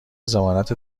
ضمانت